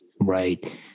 Right